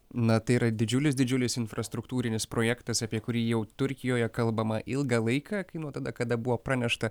na tai yra didžiulis didžiulis infrastruktūrinis projektas apie kurį jau turkijoje kalbama ilgą laiką kai nuo tada kada buvo pranešta